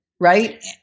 right